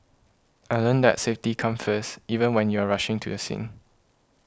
I learnt that safety comes first even when you are rushing to a scene